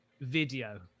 video